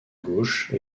gauche